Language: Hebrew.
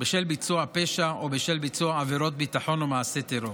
בשל ביצוע פשע או בשל ביצוע עבירות ביטחון או מעשה טרור.